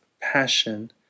passion